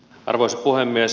arvoisa puhemies